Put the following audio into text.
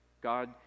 God